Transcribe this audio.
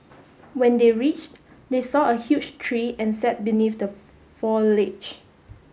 when they reached they saw a huge tree and sat beneath the foliage